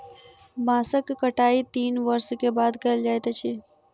बांसक कटाई तीन वर्ष के बाद कयल जाइत अछि